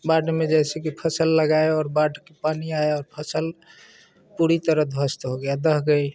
बाढ़ में जैसे कि फ़सल लगाए और बाढ़ का पानी आया फ़सल पूरी तरह ध्वस्त हो गई ढह गई